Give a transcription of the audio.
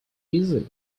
easily